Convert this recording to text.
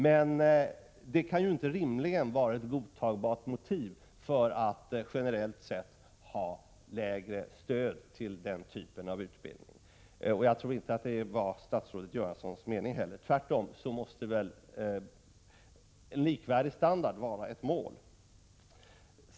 Men det kan ju rimligen inte vara ett godtagbart skäl för att generellt ha lägre stöd till den typen av utbildning. Jag tror inte heller att det är statsrådet Göranssons mening — tvärtom måste väl en likvärdig standard vara ett mål.